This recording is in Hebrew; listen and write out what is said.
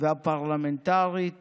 הפרלמנטרית